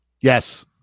Yes